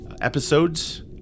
episodes